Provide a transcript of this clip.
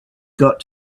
got